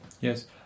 Yes